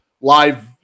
live